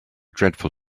dreadful